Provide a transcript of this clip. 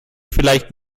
vielleicht